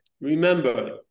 remember